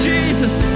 Jesus